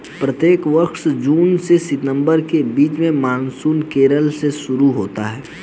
प्रत्येक वर्ष जून से सितंबर के बीच मानसून केरल से शुरू होता है